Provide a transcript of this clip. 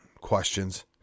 questions